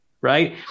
right